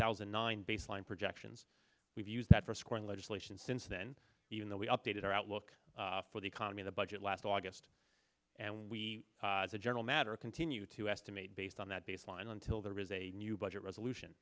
thousand and nine baseline projections we've used that for scoring legislation since then even though we updated our outlook for the economy the budget last august and we as a general matter continue to estimate based on that baseline until there was a new budget resolution